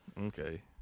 Okay